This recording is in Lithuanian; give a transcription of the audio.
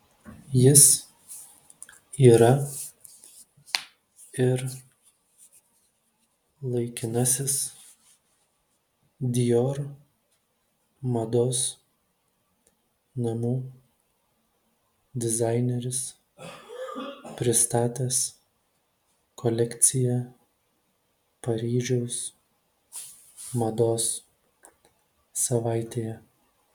jis yra ir laikinasis dior mados namų dizaineris pristatęs kolekciją paryžiaus mados savaitėje